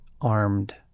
armed